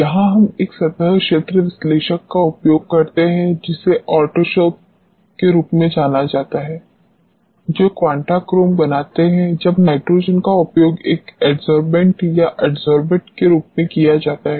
यहां हम एक सतह क्षेत्र विश्लेषक का उपयोग करते हैं जिसे ऑटोसॉर्ब के रूप में जाना जाता है जो क्वांटाक्रोम बनाते हैं जब नाइट्रोजन का उपयोग एक एडसोर्बेन्ट या एडसोर्बट के रूप में किया जाता है